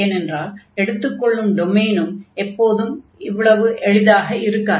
ஏனென்றால் எடுத்துக் கொள்ளும் டொமைனும் எப்போதும் அவ்வளவு எளிதாக இருக்காது